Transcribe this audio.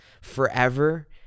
forever